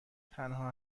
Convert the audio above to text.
تنها